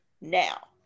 now